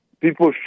People